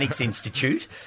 Institute